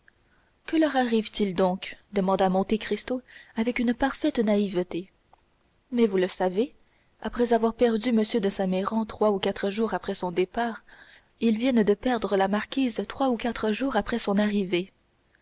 que leur arrive-t-il donc demanda monte cristo avec une parfaite naïveté mais vous le savez après avoir perdu m de saint méran trois ou quatre jours après son départ ils viennent de perdre la marquise trois ou quatre jours après son arrivée